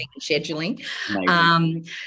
scheduling